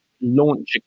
launch